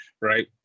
right